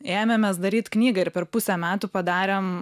ėmėmės daryt knygą ir per pusę metų padarėm